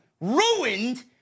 ruined